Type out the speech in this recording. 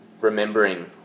remembering